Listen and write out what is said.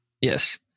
Yes